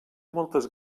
moltes